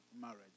marriage